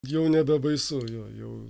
jau nebebaisu jo jau